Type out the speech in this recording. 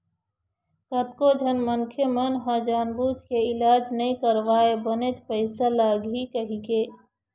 कतको झन मनखे मन ह जानबूझ के इलाज नइ करवाय बनेच पइसा लगही कहिके